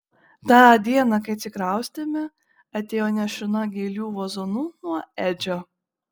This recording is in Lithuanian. tą dieną kai atsikraustėme atėjo nešina gėlių vazonu nuo edžio